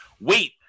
wait